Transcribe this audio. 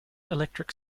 electric